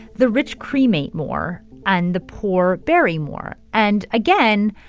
the rich cremate more and the poor bury more. and, again,